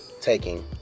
taking